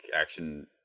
action